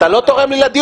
אתה לא תורם לי לדיון.